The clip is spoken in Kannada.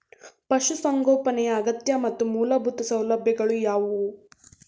ಪಶುಸಂಗೋಪನೆಯ ಅಗತ್ಯ ಮತ್ತು ಮೂಲಭೂತ ಸೌಲಭ್ಯಗಳು ಯಾವುವು?